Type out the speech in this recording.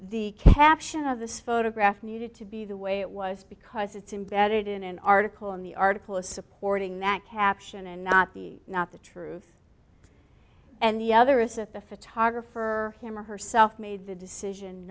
the caption of this photograph needed to be the way it was because it's embedded in an article in the article a supporting that caption and not the not the truth and the other is at the photographer him or herself made the decision